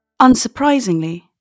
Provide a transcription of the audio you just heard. Unsurprisingly